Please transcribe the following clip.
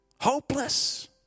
Hopeless